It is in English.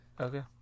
Okay